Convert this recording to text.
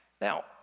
Now